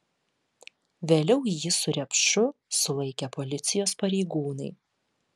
vėliau jį su repšu sulaikė policijos pareigūnai